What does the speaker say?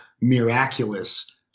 Miraculous